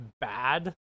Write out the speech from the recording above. bad